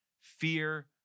Fear